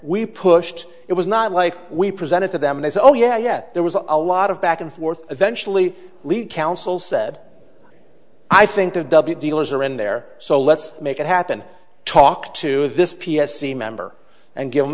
we pushed it was not like we presented to them they said oh yeah yet there was a lot of back and forth eventually lead counsel said i think of double dealers are in there so let's make it happen talk to this p f c member and give them